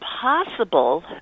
possible